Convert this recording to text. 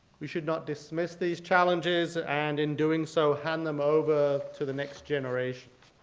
we should not dismiss these challenges and in doing so hand them over to the next generation.